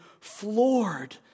floored